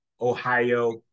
Ohio